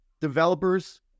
developers